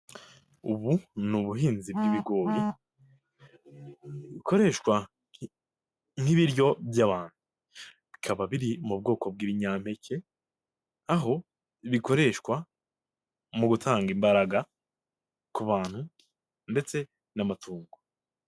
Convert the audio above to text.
Ubu ni ubuhinzi bw'ibigori, bukoreshwa nk'ibiryo by'abantu, bikaba biri mu bwoko bw'ibinyampeke, aho bikoreshwa mu gutanga imbaraga ku bantu ndetse n'amatungo.